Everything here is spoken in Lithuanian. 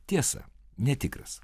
tiesa netikras